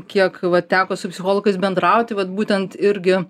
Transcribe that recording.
kiek vat teko su psichologais bendrauti vat būtent irgi